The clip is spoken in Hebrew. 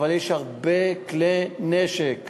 אבל יש הרבה כלי נשק,